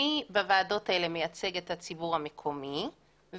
אדם שמזוהה במערכת הבחירות לרשות המקומית עם האדם הזה,